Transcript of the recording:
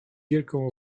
wielką